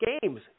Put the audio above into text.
games